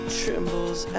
trembles